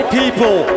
People